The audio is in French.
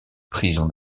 prison